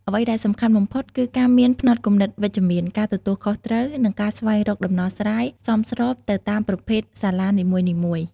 អ្វីដែលសំខាន់បំផុតគឺការមាន ផ្នត់គំនិតវិជ្ជមាន ការទទួលខុសត្រូវ និងការស្វែងរកដំណោះស្រាយសមស្របទៅតាមប្រភេទសាលានីមួយៗ។